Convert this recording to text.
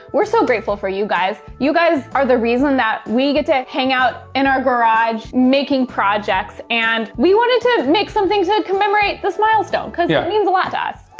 we're so grateful for you guys you guys are the reason that we get to hang out in our garage making projects, and we wanted to make something to commemorate this milestone. yeah. cause yeah it means a lot to us.